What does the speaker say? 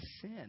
sin